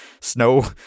snow